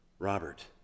Robert